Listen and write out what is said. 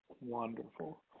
Wonderful